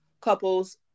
couples